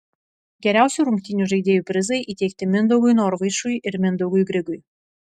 geriausių rungtynių žaidėjų prizai įteikti mindaugui norvaišui ir mindaugui grigui